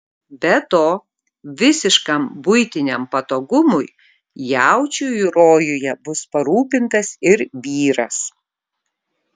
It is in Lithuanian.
be to visiškam buitiniam patogumui jaučiui rojuje bus parūpintas ir vyras